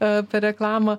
apie reklamą